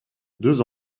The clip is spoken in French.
deux